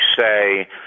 say